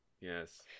yes